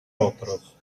otros